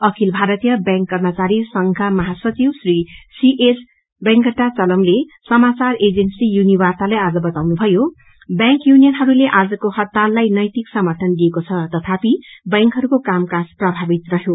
अखिल भारीतय बैंक कर्मचारी संघका महासचिव श्री सीएच वेंकटा चलमले समाचार एजेन्सी युनिवार्तालाई आज बताउनुभयो बैंक युनियनहरूले आजको हड़ताललाई नैतिक समर्थन दिएको छ तथापि बैंकहरूको कामकाज प्रभावित रहयो